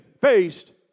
faced